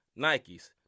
Nikes